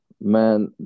man